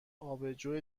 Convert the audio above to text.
آبجو